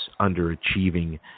underachieving